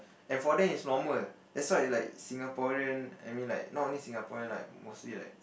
and for them is normal that's why like Singaporeans I mean like not only Singaporeans like mostly like